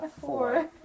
four